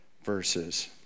Verses